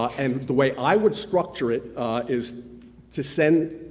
and the way i would structure it is to send,